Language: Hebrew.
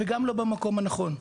וגם לא במקום הנכון.